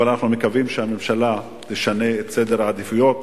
אבל אנחנו מקווים שהממשלה תשנה את סדר העדיפויות,